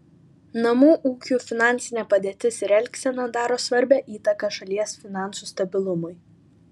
namų ūkių finansinė padėtis ir elgsena daro svarbią įtaką šalies finansų stabilumui